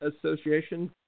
Association